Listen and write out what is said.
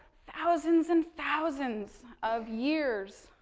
thousands and thousands of years,